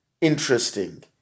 interesting